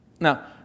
Now